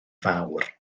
fawr